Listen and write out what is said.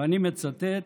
ואני מצטט